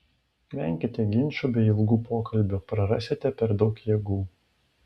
venkite ginčų bei ilgų pokalbių prarasite per daug jėgų